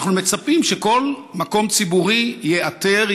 אנחנו מצפים שכל מקום ציבורי ייעתר,